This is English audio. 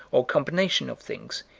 or combination of things,